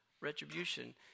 retribution